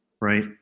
right